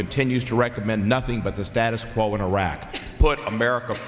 continues to recommend nothing but the status quo in iraq put america